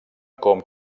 com